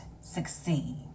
succeed